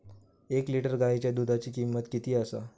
एक लिटर गायीच्या दुधाची किमंत किती आसा?